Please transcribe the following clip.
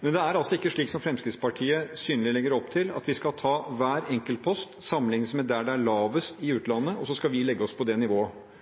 Men det er altså ikke slik som Fremskrittspartiet synlig legger opp til, at vi skal ta hver enkelt post, sammenligne med der det er lavest i utlandet, og så skal vi legge oss på det nivået.